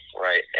right